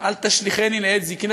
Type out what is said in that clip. "אל תשליכני לעת זקנה",